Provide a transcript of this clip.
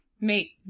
Mate